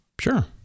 Sure